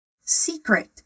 secret